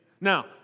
Now